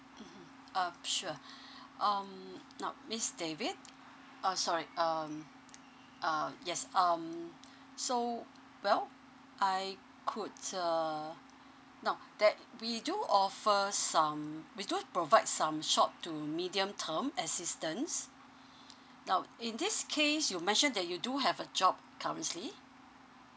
mmhmm um sure um now miss david uh sorry um uh yes um so well I could uh now that we do offer some we do provide some short to medium term assistance now in this case you mentioned that you do have a job currently